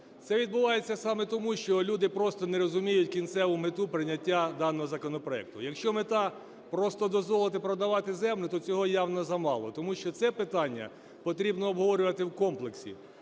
Це відбувається саме тому, що люди просто не розуміють кінцеву мету прийняття даного законопроекту. Якщо мета – просто дозволити продавати землю, то цього явно замало, тому що це питання потрібно обговорювати в комплексі,